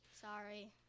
Sorry